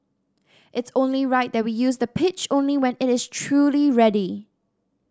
it's only right that we use the pitch only when it is truly ready